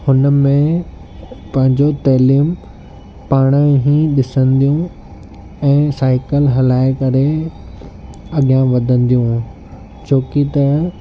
हुन में पंहिंजो तैलीम पाण ही ॾिसंदियूं ऐं साईकलि हलाए करे अॻियां वधंदियूं छो कि त